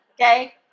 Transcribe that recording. Okay